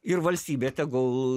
ir valstybė tegul